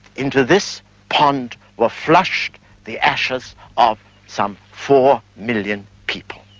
into this pond were flushed the ashes of some four million people.